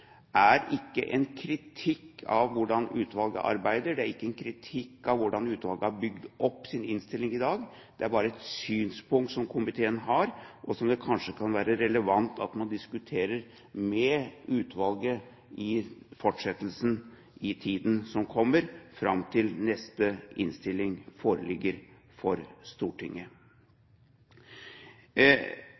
ikke er en kritikk av hvordan utvalget arbeider, det er ikke en kritikk av hvordan utvalget har bygd opp sin melding i dag, det er bare et synspunkt som komiteen har, og som det kanskje kan være relevant å diskutere med utvalget i fortsettelsen, i tiden fram til neste melding foreligger for Stortinget.